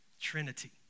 Trinity